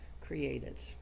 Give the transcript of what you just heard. created